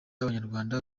abanyarwanda